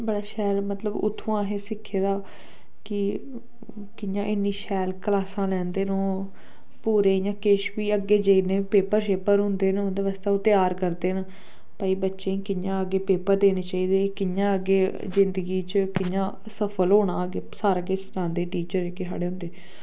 बड़ा शैल मतलब उत्थुआं असें सिक्खे दा कि कि'यां इन्नी शैल क्लासां लैंदे न ओह् पूरे इ'यां किश बी अग्गे जिन्ने पेपर शेपर होंदे न ओह्दे आस्तै त्यार करदे न भाई बच्चे गी कि'यां अग्गें पेपर देने चाइदे कि'यां अग्गें जिंदगी च ओह् कि'यां सफल होना अग्गे सारा किश सनांदे टीचर गी के साढ़े होंदे